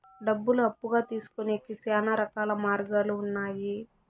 డబ్బులు అప్పుగా తీసుకొనేకి శ్యానా రకాల మార్గాలు ఉన్నాయి